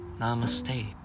Namaste